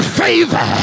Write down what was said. favor